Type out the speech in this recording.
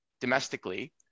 domestically